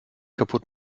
kaputt